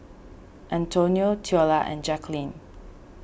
Antonio theola and Jacquline